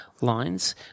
lines